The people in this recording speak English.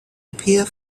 appear